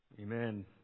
Amen